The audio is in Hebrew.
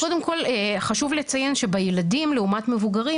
אז קודם כל חשוב לציין שבילדים לעומת מבוגרים,